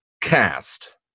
Cast